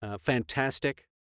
Fantastic